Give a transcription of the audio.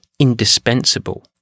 Indispensable